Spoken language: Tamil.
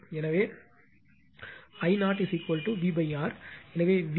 எனவே I 0VR எனவே வி க்கு 0